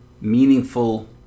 meaningful